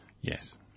Yes